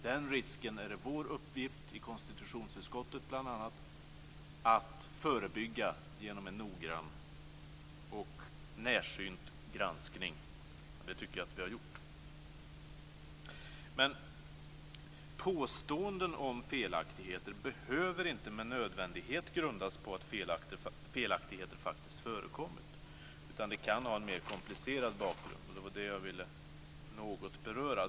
Den risken är det bl.a. vår uppgift i konstitutionsutskottet att förebygga genom en noggrann och närsynt granskning, och det tycker jag att vi har gjort. Påståenden om felaktigheter behöver inte med nödvändighet grundas på att felaktigheter faktiskt förekommit. Det kan ha en mer komplicerad bakgrund. Det var det jag något ville beröra.